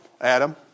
Adam